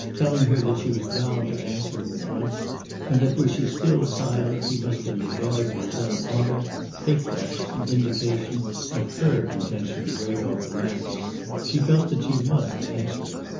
telling her that she was bound to answer him at once and that were she still silent he must in regard to his own honour take that as an indication of her intention to break off the match she felt that she must answer it.